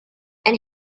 and